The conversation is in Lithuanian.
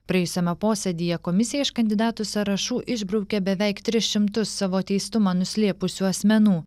praėjusiame posėdyje komisija iš kandidatų sąrašų išbraukė beveik tris šimtus savo teistumą nuslėpusių asmenų